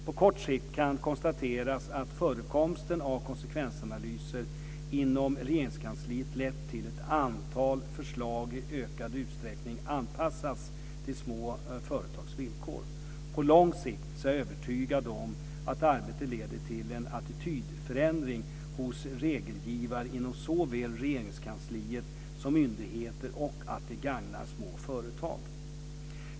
På kort sikt kan konstateras att förekomsten av konsekvensanalyser inom Regeringskansliet lett till att ett antal förslag i ökad utsträckning anpassats till små företags villkor. På lång sikt är jag övertygad om att arbetet leder till en attitydförändring hos regelgivare inom såväl Regeringskansliet som myndigheterna och att det gagnar små företag.